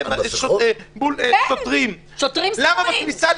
כן, שוטרים סמויים.